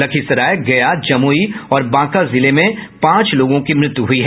लखीसराय गया जमुई और बांका जिलों में पांच लोगों की मृत्यु हो गयी